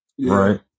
Right